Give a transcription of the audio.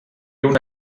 una